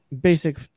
basic